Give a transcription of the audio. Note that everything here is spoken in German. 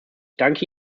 danke